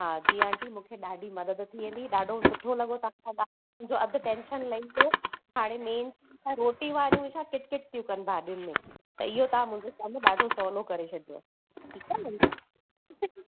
हा जी आंटी मूंखे ॾाढी मदद थी वेंदी ॾाढो सुठो लॻो तव्हां सां ॻाल्हाए मुंहिंजो अधु टेंशन लही वियो हाणे मेन छा रोटी वारियूं ई छा किटकिट थियूं कनि भाॼियुनि में त इहो तव्हां मुंहिंजो कमु ॾाढो सहूलो करे छॾियव ठीकु आहे न